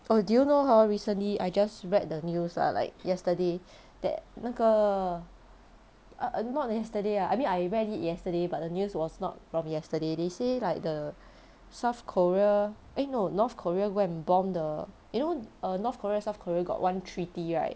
oh do you know hor recently I just read the news ah like yesterday that 那个 yesterday uh not yesterday ah I mean I read it yesterday but the news was not from yesterday they say like the south korea eh no north korea go and bomb the you know err north korea and south korea got one treaty right